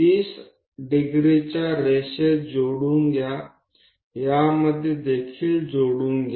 30 डिग्रीच्या रेषेत जोडून घ्या यामध्ये देखील जोडून घ्या